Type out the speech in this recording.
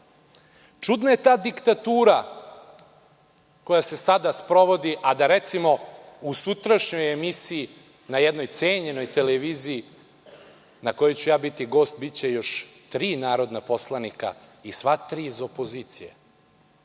je ta diktatura koja se sada sprovodi a da recimo, u sutrašnjoj emisiji, na jednoj cenjenoj emisiji na kojoj ću ja biti gost, biće još tri narodna poslanika i sva tri iz opozicije. Da